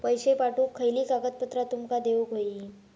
पैशे पाठवुक खयली कागदपत्रा तुमका देऊक व्हयी?